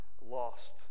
lost